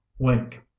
wink